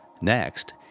Next